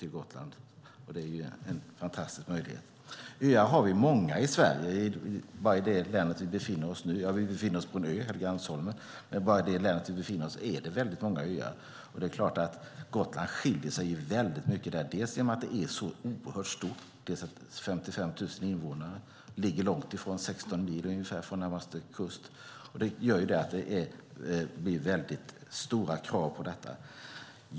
Det är en fantastisk möjlighet. Öar har vi många i Sverige. Vi befinner oss just nu på en ö, Helgeandsholmen, och bara i det län vi befinner oss i är det väldigt många öar. Det är klart att Gotland skiljer sig väldigt mycket från dem. Dels är det oerhört stort med sina 55 000 invånare, dels ligger det långt - ungefär 16 mil - ifrån närmaste kust. Det gör att det blir väldigt stora krav på detta.